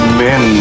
men